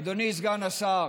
אדוני סגן השר,